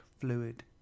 fluid